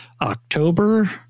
October